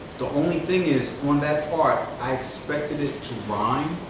the only thing is on that part i expected it to rhyme.